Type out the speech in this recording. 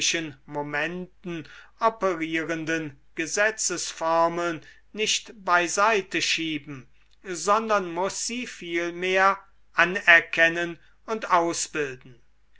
momenten operierenden gesetzesformeln nicht beiseite schieben sondern muß sie vielmehr anerkennen und ausbilden